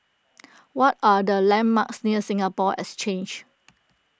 what are the landmarks near Singapore Exchange